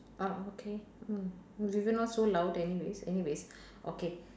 oh okay mm we were not so loud anyways anyways okay